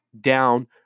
down